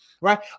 right